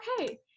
Okay